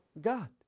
God